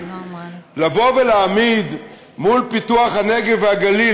לבוא ולהעמיד מול פיתוח הנגב והגליל,